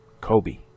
Kobe